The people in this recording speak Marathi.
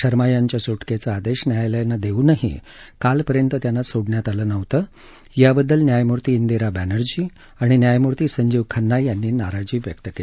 शर्मा यांच्या सुटकेचा आदेश न्यायालयानं देऊनही कालपर्यंत त्यांना सोडण्यात आलं नव्हतं याबद्दल न्यायमूर्ती इंदिरा बॅनर्जी आणि न्यायमूर्ती संजीव खन्ना यांनी नाराजी व्यक्त केली